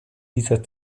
dieser